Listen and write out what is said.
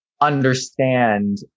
understand